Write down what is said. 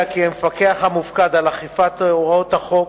כי המפקח המופקד על אכיפת הוראות החוק